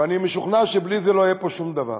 ואני משוכנע שבלי זה לא יהיה פה שום דבר,